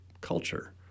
culture